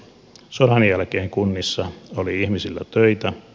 sodan jälkeen kunnissa oli ihmisillä töitä